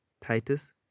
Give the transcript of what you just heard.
Titus